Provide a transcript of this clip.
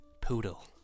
poodle